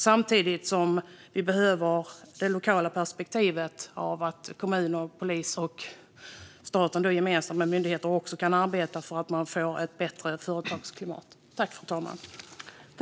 Samtidigt behövs det lokala perspektivet från kommuner och polis så att staten kan arbeta gemensamt med myndigheterna för att få ett bättre företagsklimat.